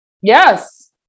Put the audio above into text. Yes